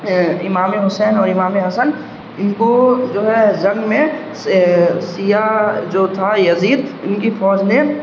امام حسین اور امام حسن ان کو جو ہے جن میں شیعہ جو تھا یزید ان کی فوج نے